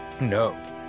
No